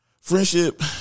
Friendship